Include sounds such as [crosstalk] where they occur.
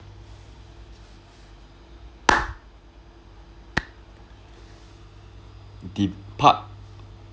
[noise] de~ part